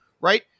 right